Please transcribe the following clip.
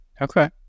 Okay